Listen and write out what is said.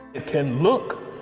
it can look